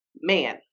man